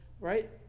right